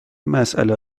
مساله